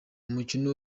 umukino